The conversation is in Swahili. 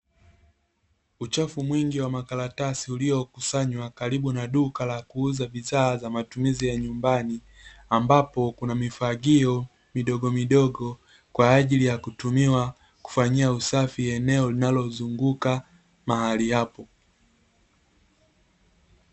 Uchafu mwingi wa makaratasi uliokusanywa karibu na duka la kuuza bidhaa za matumizi ya nyumbani, ambapo kuna mifagio midogomidogo kwa ajili ya kutumiwa kufanyia usafi eneo linalozunguka mahali hapo.